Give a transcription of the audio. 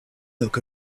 look